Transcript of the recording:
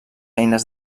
eines